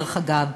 דרך אגב,